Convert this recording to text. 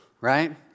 right